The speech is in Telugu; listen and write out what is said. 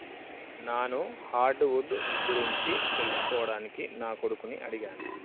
నాను హార్డ్ వుడ్ గురించి తెలుసుకోవడానికి నా కొడుకుని అడిగాను